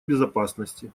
безопасности